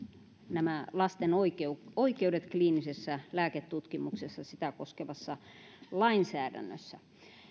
nämä lasten oikeudet kliinisessä lääketutkimuksessa ja sitä koskevassa lainsäädännössä